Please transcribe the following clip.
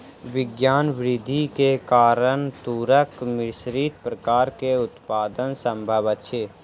विज्ञान वृद्धि के कारण तूरक मिश्रित प्रकार के उत्पादन संभव अछि